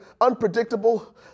unpredictable